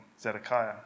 Zedekiah